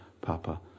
Papa